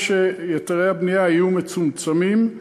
או שהיתרי הבנייה מצומצמים.